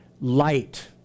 light